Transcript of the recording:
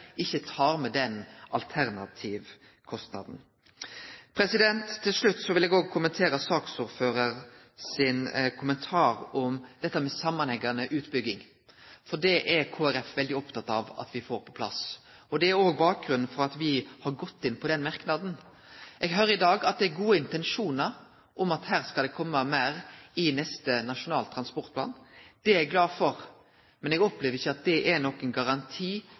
ikkje tek med den alternative kostnaden. Til slutt vil eg òg kommentere saksordføraren sin kommentar om dette med samanhengande utbygging, for det er Kristeleg Folkeparti veldig oppteke av at me får på plass. Det er òg bakgrunnen for at me har gått inn på den merknaden. Eg høyrer i dag at det er gode intensjonar om at her skal det kome meir i neste Nasjonal transportplan. Det er eg glad for. Men eg opplever ikkje at det er nokon garanti